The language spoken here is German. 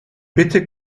bitte